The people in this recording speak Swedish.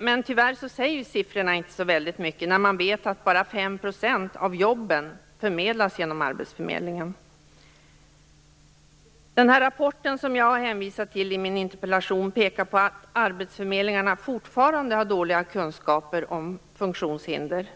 men tyvärr säger inte siffrorna så väldigt mycket. Man vet att bara 5 % av jobben förmedlas genom arbetsförmedlingen. Den rapport som jag har hänvisat till i min interpellation pekar på att arbetsförmedlingarna fortfarande har dåliga kunskaper om funktionshinder.